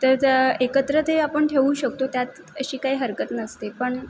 तर त्या एकत्र ते आपण ठेवू शकतो त्यात अशी काही हरकत नसते पण